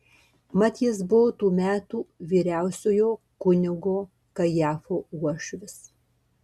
mat jis buvo tų metų vyriausiojo kunigo kajafo uošvis